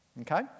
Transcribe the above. Okay